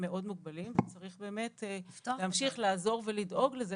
הם מאוד מוגבלים וצריך באמת להמשיך לעזור ולדאוג לזה